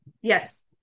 yes